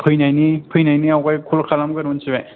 फैनायनि आवगाय कल खालामग्रो मिथिबाय